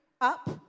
up